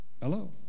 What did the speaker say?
Hello